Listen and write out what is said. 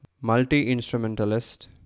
multi-instrumentalist